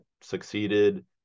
succeeded